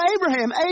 Abraham